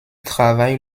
travaille